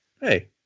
Hey